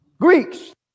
Greeks